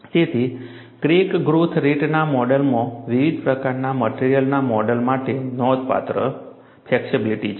તેથી crack growth રેટના મોડેલમાં વિવિધ પ્રકારના મટેરીઅલના મોડેલ માટે નોંધપાત્ર ફ્લેક્સિબિલિટી છે